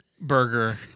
burger